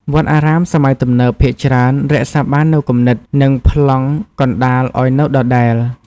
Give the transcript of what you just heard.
វត្តអារាមសម័យទំនើបភាគច្រើនរក្សាបាននូវគំនិត និងប្លង់កណ្តាលឲ្យនៅដដែល។